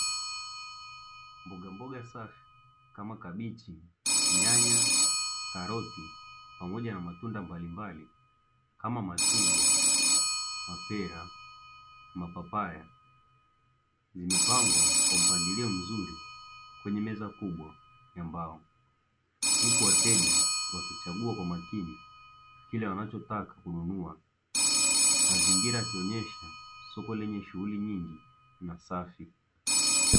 Mbogamboga safi kama: kabichi, nyanya, karoti pamoja na matunda mbalimbali kama: machungwa, mapera, mapapai, zimepangwa kwa mpangilio mzuri kwenye meza kubwa ya mbao. Huku wateja wakichagua kwa makini kile wanachotaka kununua. Mazingira yakionyesha soko lenye shughuli nyingi na safi.